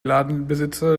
ladenbesitzer